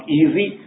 easy